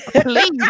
Please